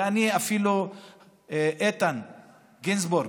איתן גינזבורג,